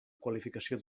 qualificació